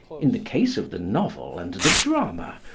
in the case of the novel and the drama,